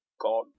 god